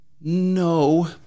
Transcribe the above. No